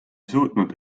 suutnud